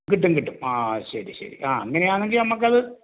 കിട്ടും കിട്ടും ആ ശരി ശരി ആ അങ്ങനെയാണങ്കിൽ നമുക്കത്